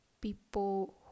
people